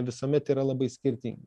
visuomet yra labai skirtingi